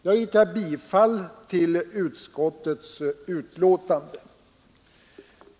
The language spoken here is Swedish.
Jag yrkar bifall till utskottets hemställan.